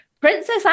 Princess